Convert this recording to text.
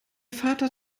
vater